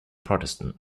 protestant